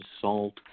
salt